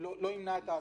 לא ימנע את ההליכים,